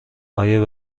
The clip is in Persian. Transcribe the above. آیا